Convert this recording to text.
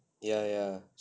ya ya